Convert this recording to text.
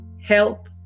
Help